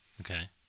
Okay